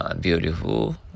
beautiful